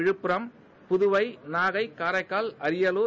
Viluppuram Puduvai Nagai Karaikal Ariyalur